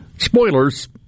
Spoilers